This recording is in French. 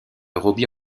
robbie